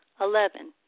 Eleven